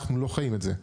אנחנו לא חיים את זה.